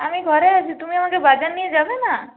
আমি ঘরে আছি তুমি আমাকে বাজার নিয়ে যাবে না